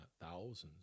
thousands